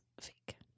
fake